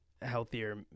healthier